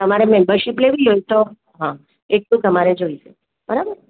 તમારે મેમ્બરશિપ લેવી હોયતો હા એક તો તમારે જોઈશે બરાબર